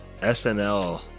SNL